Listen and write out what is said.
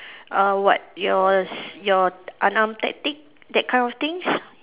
uh what yours your alarm tactic that kind of things